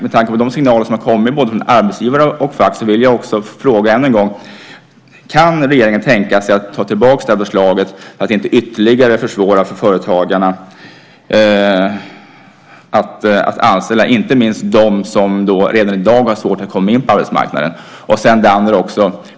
Med tanke på de signaler som har kommit från både arbetsgivare och fack vill jag än en gång fråga: Kan regeringen tänka sig att ta tillbaka detta förslag och inte ytterligare försvåra för företagarna att anställa inte minst dem som redan i dag har svårt att komma in på arbetsmarknaden?